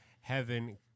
heaven